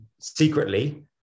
secretly